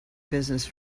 business